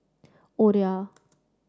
Olia